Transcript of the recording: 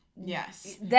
Yes